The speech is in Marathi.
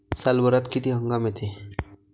सालभरात किती हंगाम येते?